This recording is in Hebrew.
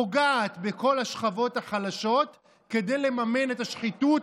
פוגעת בכל השכבות החלשות כדי לממן את השחיתות,